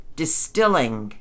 distilling